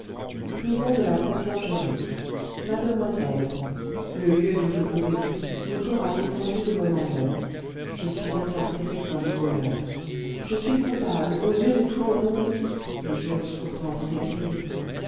prison de la conciergerie mademoiselle le lieu d'où je vous écris vous dira l'étendue de mon malheur je suis incarcéré comme voleur je suis coupable aux yeux de tout le monde et j'ose pourtant vous écrire